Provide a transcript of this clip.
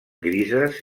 grises